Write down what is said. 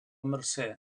mercè